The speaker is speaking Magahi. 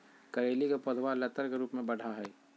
करेली के पौधवा लतर के रूप में बढ़ा हई